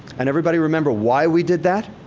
and everybody remember why we did that?